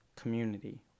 community